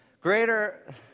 Greater